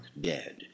dead